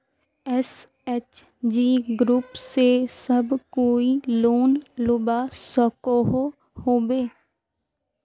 SHG group से सब कोई लोन लुबा सकोहो होबे?